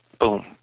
Boom